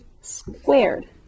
squared